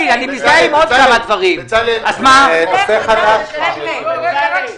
נשארנו עם בקשות רשות דיבור של חברי הכנסת